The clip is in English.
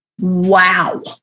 Wow